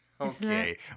okay